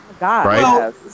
right